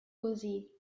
così